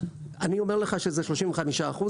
אני אומר לך שזה 35 אחוז,